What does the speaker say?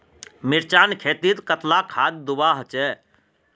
मिर्चान खेतीत कतला खाद दूबा होचे?